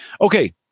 okay